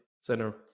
center